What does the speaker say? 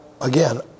again